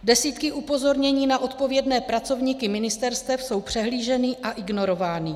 Desítky upozornění na odpovědné pracovníky ministerstev jsou přehlíženy a ignorovány.